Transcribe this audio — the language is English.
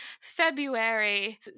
february